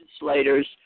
legislators